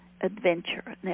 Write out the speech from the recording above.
adventure